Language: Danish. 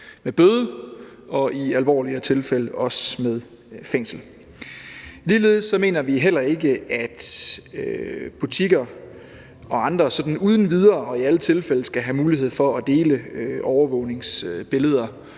med bøde og i alvorligere tilfælde også med fængsel. Ligeledes mener vi heller ikke, at butikker og andre sådan uden videre og i alle tilfælde skal have mulighed for at dele overvågningsbilleder